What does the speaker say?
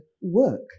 work